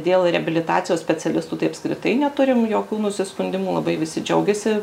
dėl reabilitacijos specialistų tai apskritai neturim jokių nusiskundimų labai visi džiaugiasi